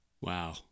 Wow